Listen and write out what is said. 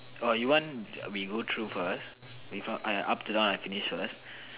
or you want we go through first I up to down I finish first